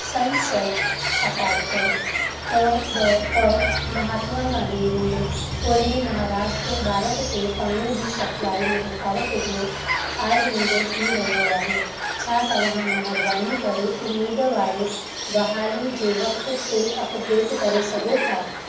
sunset apartment ॿ ॿ ॿ महात्मा गांधी रोड पूणे महाराष्ट्र भारत ते पाणीअ जी सप्लाई में रूकावट जो आजमूदो थी रहियो आहे छा तव्हां महिरबानी करे उमीद वारे वहाली जे वक्तु ते अपडेट करे सघो था